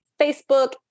Facebook